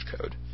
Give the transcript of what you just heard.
code